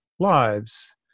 Lives